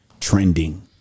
trending